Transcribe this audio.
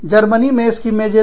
Germany में स्कीममेंजलत